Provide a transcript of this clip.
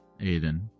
Aiden